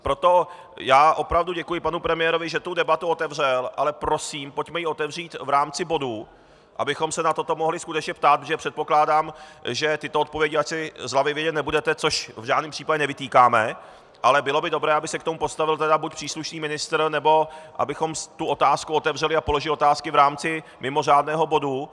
Proto já opravdu děkuji panu premiérovi, že tu debatu otevřel, ale prosím, pojďme ji otevřít v rámci bodu, abychom se na toto mohli skutečně ptát, protože předpokládám, že tyto odpovědi asi z hlavy vědět nebudete, což v žádném případě nevytýkáme, ale bylo by dobré, aby se k tomu postavil buď příslušný ministr, nebo abychom tu otázku otevřeli a položili otázky v rámci mimořádného bodu.